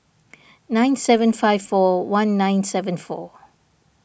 nine seven five four one nine seven four